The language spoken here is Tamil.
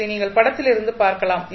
இதை நீங்கள் படத்திலிருந்து பார்க்கலாம்